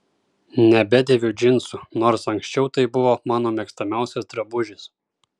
nebedėviu džinsų nors anksčiau tai buvo mano mėgstamiausias drabužis